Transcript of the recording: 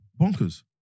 bonkers